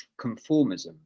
conformism